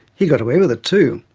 he got away with it, too,